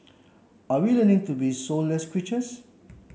are we learning to be soulless creatures